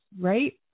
right